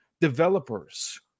developers